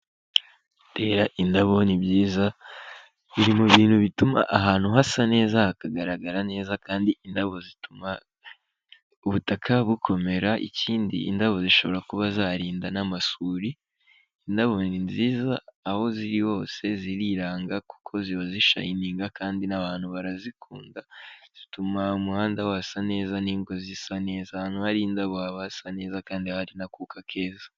Gutera indabo ni byiza, biri mu bintu bituma ahantu hasa neza hakagaragara neza kandi indabo zituma ubutaka bukomera, ikindi indabo zishobora kuba zarinda n'amasuri, indabo ni nziza aho ziri hose ziriranga kuko ziba zishayininga kandi n'abantu barazikunda, zituma umuhanda wasa neza n'ingo zisa neza. Ahantu hari indabo haba hasa neza kandi hari n'akuka keza.